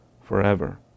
forever